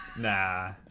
Nah